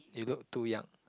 you look too young